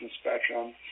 spectrum